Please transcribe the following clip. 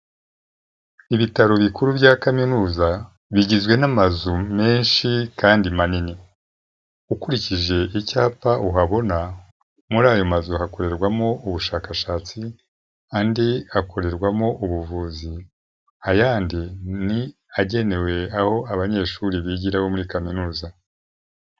Ibitaro bikuru bya kaminuza bigizwe n'amazu menshi kandi manini, ukurikije icyapa uhabona muri ayo mazu hakorerwamo ubushakashatsi, andi hakorerwamo ubuvuzi, ayandi ni agenewe aho abanyeshuri bigira bo muri kaminuza.